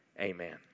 Amen